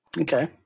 okay